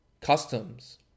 customs